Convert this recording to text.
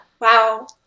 wow